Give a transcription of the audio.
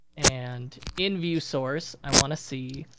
and, in view source, i wanna see